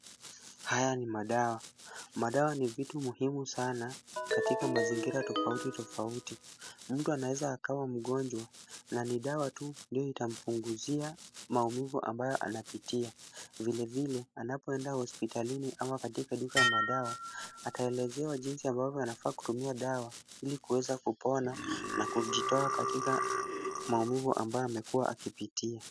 Haya ni madawa. Madawa ni vitu muhimu sana katika mazingira tofauti tofauti. Mtu anaweza akawa mgonjwa na ni dawa tu ndio itampunguzia maumivu ambayo anapitia. Vilevile anapoenda hospitalini ama katika duka ya madawa, ataelezewa jinsi ambavyo anafaa kutumia dawa ili kuweza kupona na kujitoa katika maumivu ambayo amekuwa akipitia.